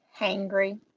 hangry